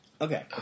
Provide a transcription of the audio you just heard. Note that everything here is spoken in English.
okay